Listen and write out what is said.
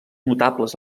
notables